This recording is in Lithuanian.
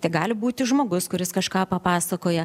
tegali būti žmogus kuris kažką papasakoja